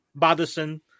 Madison